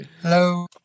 Hello